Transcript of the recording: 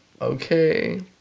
Okay